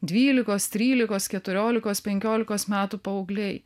dvylikos trylikos keturiolikos penkiolikos metų paaugliai